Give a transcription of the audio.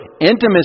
intimacy